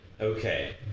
Okay